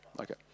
Okay